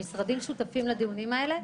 המשרדים שותפים לדיונים האלה,